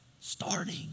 starting